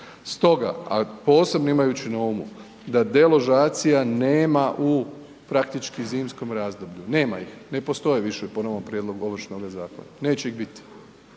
Stoga, a posebno imajući na umu da deložacija nema u praktički zimskom razdoblju, nema ih, ne postoje više po novom prijedlogu Ovršnoga zakona, neće ih biti